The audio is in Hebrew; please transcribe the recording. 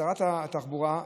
שרת התחבורה,